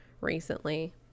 recently